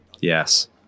Yes